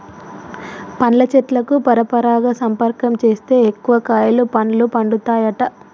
పండ్ల చెట్లకు పరపరాగ సంపర్కం చేస్తే ఎక్కువ కాయలు పండ్లు పండుతాయట